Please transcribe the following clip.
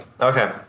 Okay